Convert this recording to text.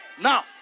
Now